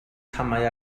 camau